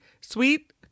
sweet